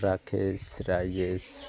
Rakesh Rajesh